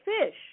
fish